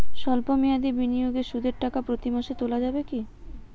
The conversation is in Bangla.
সল্প মেয়াদি বিনিয়োগে সুদের টাকা প্রতি মাসে তোলা যাবে কি?